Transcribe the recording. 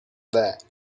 that